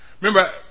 Remember